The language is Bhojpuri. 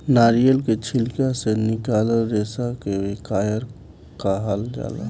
नारियल के छिलका से निकलाल रेसा के कायर कहाल जाला